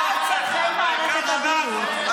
אבל בהחלט צריך לקיים שיחה עם תושבי, מה,